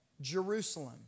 Jerusalem